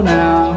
now